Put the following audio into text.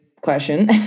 question